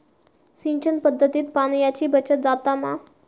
सिंचन पध्दतीत पाणयाची बचत जाता मा?